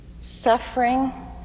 Suffering